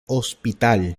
hospital